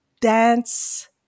dance